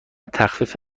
تخفیف